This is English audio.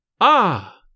Ah